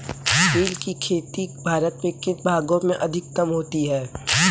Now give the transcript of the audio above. तिल की खेती भारत के किन भागों में अधिकतम होती है?